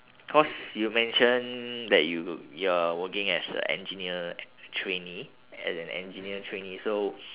cause you mention that you you're working as a engineer e~ trainee as an engineer trainee so